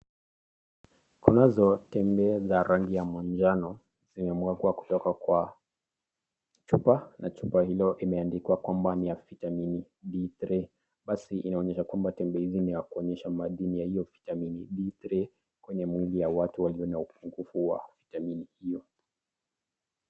Kunazo tembe ya rangi ya manjano zimemwagwa kutoka kwa chupa na chupa hilo limeandikwa kwamba ni ya vitamin D3 , basi inaonyesha kuwa tembe hizi ni ya kuonyesha madini ya hiyo vitamin D3 kwenye mwili ya watu walio na upungufu wa vitamini hiyo.